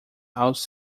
aos